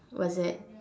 what's that